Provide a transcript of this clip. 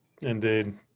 indeed